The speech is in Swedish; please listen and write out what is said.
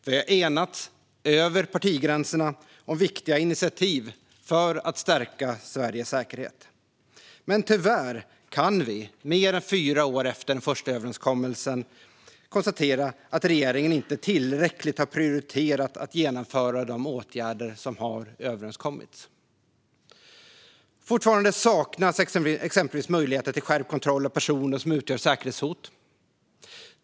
Vi har enats över partigränserna om viktiga initiativ för att stärka Sveriges säkerhet. Mer än fyra år efter den första överenskommelsen kan vi tyvärr konstatera att regeringen inte tillräckligt har prioriterat att genomföra de åtgärder som överenskommits. Fortfarande saknas exempelvis möjligheter till skärpt kontroll av personer som utgör säkerhetshot.